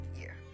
year